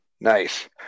nice